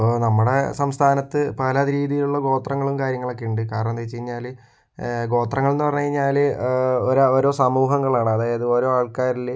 ഇപ്പോൾ നമ്മുടെ സംസ്ഥാനത്ത് പല രീതിയിലുള്ള ഗോത്രങ്ങളും കാര്യങ്ങളൊക്കെ ഉണ്ട് കാരണമെന്ന് വെച്ച് കഴിഞ്ഞാല് ഗോത്രങ്ങൾ എന്ന് പറഞ്ഞു കഴിഞ്ഞാല് ഓരോ ഓരോ സമൂഹങ്ങളാണ് അതായത് ഓരോ ആൾക്കാരില്